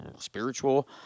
spiritual